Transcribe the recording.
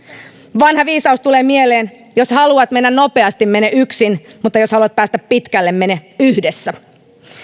vanha viisaus tulee mieleen jos haluat mennä nopeasti mene yksin mutta jos haluat päästä pitkälle mene yhdessä